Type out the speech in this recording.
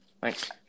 Thanks